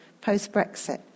post-Brexit